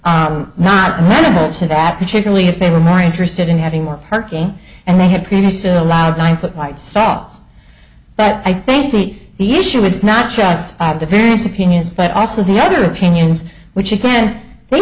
be not amenable to that particularly if they were more interested in having more parking and they had previously allowed nine foot wide stalls but i think the the issue is not just of the various opinions but also the other opinions which again they